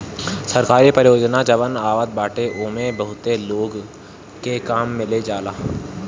सरकारी परियोजना जवन आवत बाटे ओमे बहुते लोग के काम मिल जाला